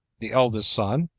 the eldest son,